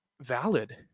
valid